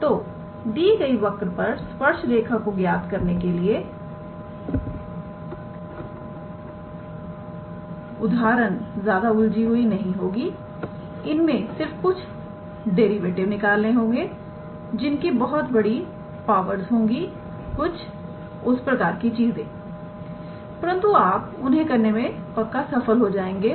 तो दी गई वक्र पर स्पर्श रेखा को ज्ञात करने वाली उदाहरण ज्यादा उलझी हुई नहीं होंगी इनमें सिर्फ कुछ डेरिवेटिव निकालने होंगे जिनकी कुछ बड़ी पावर्स होंगी कुछ उस प्रकार की चीजें परंतु आप उन्हें करने में पक्का सफल हो जाएंगे